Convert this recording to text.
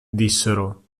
dissero